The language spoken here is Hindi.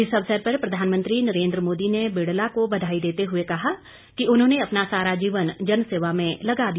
इस अवसर पर प्रधानमंत्री नरेन्द्र मोदी ने बिड़ला को बधाई देते हुए कहा कि उन्होंने अपना सारा जीवन जनसेवा में लगा दिया